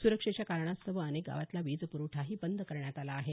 सुरक्षेच्या कारणास्तव अनेक गावांतला वीजप्रवठा बंद करण्यात आला आहे